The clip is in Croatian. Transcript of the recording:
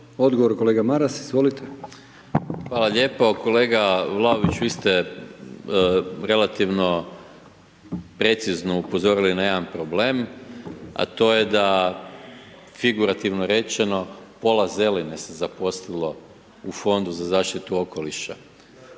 Odgovor kolega Maras. Izvolite. **Maras, Gordan (SDP)** Hvala lijepo. Kolega Vlaović, vi ste relativno precizno upozorili na jedan problem, a to je da, figurativno rečeno, pola Zeline se zaposlilo u Fondu za zaštitu okoliša,